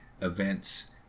events